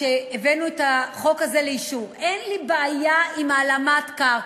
כשהבאנו את החוק הזה לאישור: אין לי בעיה עם הלאמת קרקע.